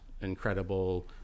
incredible